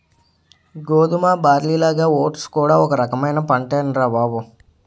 గోధుమ, బార్లీలాగా ఓట్స్ కూడా ఒక రకమైన పంటేనురా బాబూ